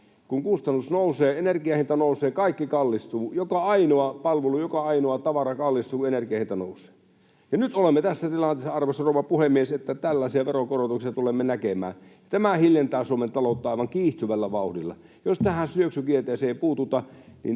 Kun kustannus nousee, energian hinta nousee, kaikki kallistuu. Joka ainoa palvelu, joka ainoa tavara kallistuu, kun energian hinta nousee. Nyt olemme tässä tilanteessa, arvoisa rouva puhemies, että tällaisia veronkorotuksia tulemme näkemään. Tämä hiljentää Suomen taloutta aivan kiihtyvällä vauhdilla. Jos tähän syöksykierteeseen ei puututa, niin